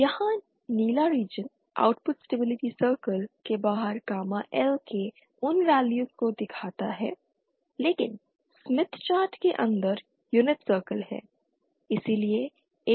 यहां नीला region output stability circle के बाहर गामा L के उन वैल्यूज़ को दिखाता है लेकिन स्मिथ चार्ट के अंदर यूनिट रेडियस है